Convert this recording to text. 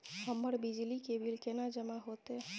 हमर बिजली के बिल केना जमा होते?